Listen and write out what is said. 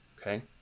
Okay